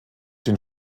den